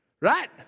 right